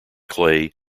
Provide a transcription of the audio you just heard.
clay